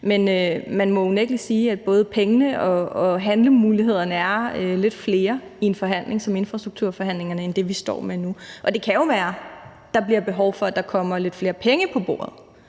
men man må unægtelig sige, at både pengene og handlemulighederne er lidt flere i en forhandling som infrastrukturforhandlingerne end i det, vi står med nu. Og det kan jo være, der bliver behov for, at der kommer lidt flere penge på bordet,